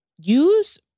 use